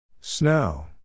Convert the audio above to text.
Snow